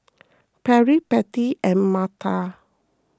Patty Pete and Marta